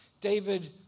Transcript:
David